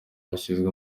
bashinzwe